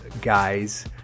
guys